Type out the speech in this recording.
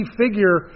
figure